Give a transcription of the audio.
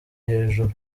hejuru